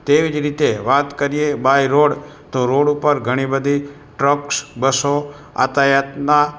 તેવી જ રીતે વાત કરીએ બાય રોડ તો રોડ ઉપર ઘણી બધી ટ્રક્સ બસો યાતાયાતનાં